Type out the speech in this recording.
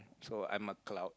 so I'm a clown